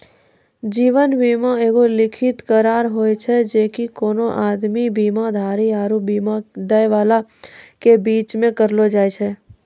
जीवन बीमा एगो लिखित करार होय छै जे कि कोनो आदमी, बीमाधारी आरु बीमा दै बाला के बीचो मे करलो जाय छै